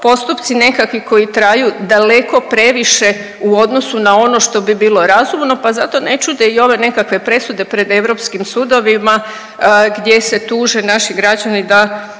postupci nekakvi koji traju daleko previše u odnosu na ono što bi bilo razumno, pa zato ne čude i ove nekakve presude pred Europskim sudovima gdje se tuže naši građani da